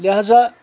لہذا